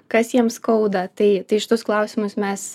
kas jiems skauda tai tai šitus klausimus mes